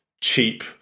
cheap